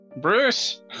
Bruce